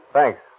Thanks